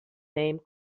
name